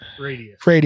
radius